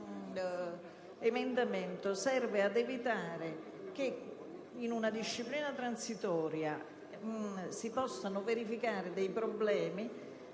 L'emendamento 1.200 serve ad evitare che in una disciplina transitoria possano verificarsi dei problemi